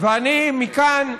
ואני מכאן,